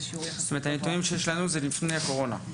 זאת אומרת, הנתונים שיש לנו הם לפני הקורונה.